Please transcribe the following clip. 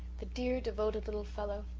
the dear devoted little fellow!